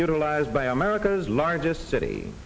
utilized by america's largest city